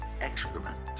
excrement